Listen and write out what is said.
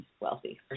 wealthy